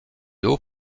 haut